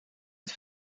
het